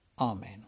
Amen